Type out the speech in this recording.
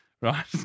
right